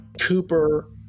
Cooper